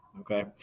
okay